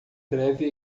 breve